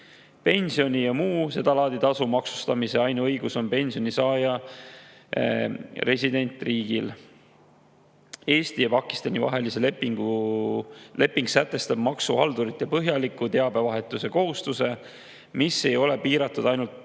Pensioni ja muu sedalaadi tasu maksustamise ainuõigus on pensionisaaja residendiriigil. Eesti ja Pakistani vaheline leping sätestab maksuhaldurite põhjaliku teabevahetuse kohustuse, mis ei ole piiratud ainult